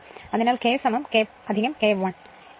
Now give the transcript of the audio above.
അതിനാൽ K K K 1